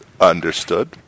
Understood